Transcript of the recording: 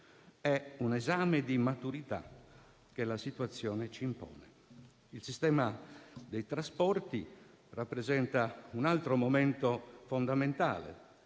è un esame di maturità che la situazione ci impone. Il sistema dei trasporti rappresenta un altro momento fondamentale: